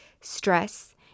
stress